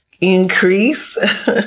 increase